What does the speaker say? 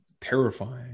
terrifying